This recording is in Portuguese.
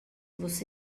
você